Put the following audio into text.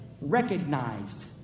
recognized